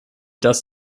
das